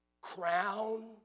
crown